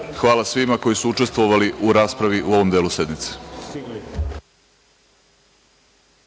svima koji su učestvovali u raspravi u ovom delu sednice.(Posle